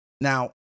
Now